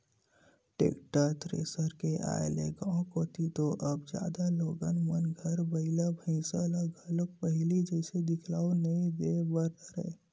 tractor, thresher के आय ले गाँव कोती तो अब जादा लोगन मन घर बइला भइसा ह घलोक पहिली जइसे दिखउल नइ देय बर धरय